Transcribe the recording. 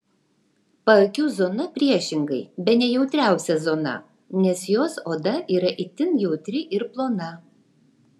paakių zona priešingai bene jautriausia zona nes jos oda yra itin jautri ir plona